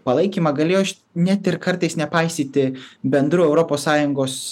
palaikymą galėjo net ir kartais nepaisyti bendrų europos sąjungos